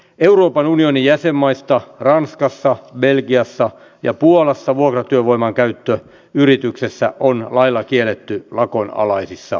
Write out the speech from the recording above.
euroopan unionin jäsenmaista ranskassa belgiassa ja puolassa vuokratyövoiman käyttö yrityksessä on lailla kielletty lakon alaisissa töissä